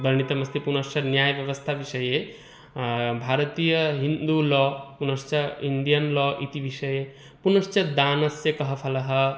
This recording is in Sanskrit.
वर्णितमस्ति पुनश्च न्यायव्यवस्थाविषये भारतीयः हिन्दुः लॉ पुनश्च इन्दियन् लॉ इति विषये पुनश्च दानस्य किं फलम्